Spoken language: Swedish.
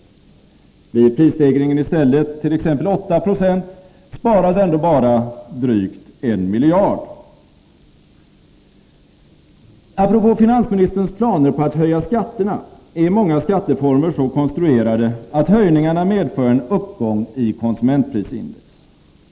Blir prisstegringen i stället t.ex. 8 20, sparas ändå bara drygt 1 miljard. Apropå finansministerns planer på att höja skatterna är ju många skattereformer så konstruerade att höjningarna medför en uppgång i konsumentprisindex.